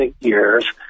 years